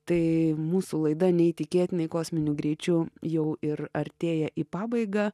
tai mūsų laida neįtikėtinai kosminiu greičiu jau ir artėja į pabaigą